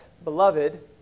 beloved